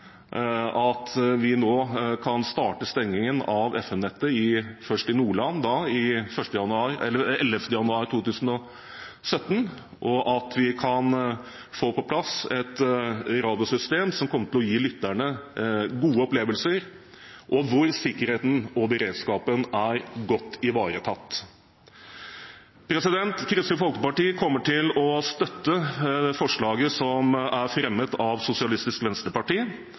at vi nå – såframt de forslagene som er fremmet, blir stemt ned – kan starte stengingen av FM-nettet, først i Nordland den 11. januar 2017, og at vi kan få på plass et radiosystem som kommer til å gi lytterne gode opplevelser, og der sikkerheten og beredskapen er godt ivaretatt. Kristelig Folkeparti kommer til å støtte forslaget som er fremmet av Sosialistisk Venstreparti,